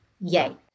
Yay